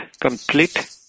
complete